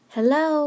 Hello